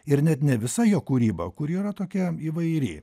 ir net ne visa jo kūryba kuri yra tokia įvairi